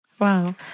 Wow